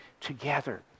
together